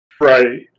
right